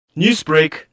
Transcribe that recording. Newsbreak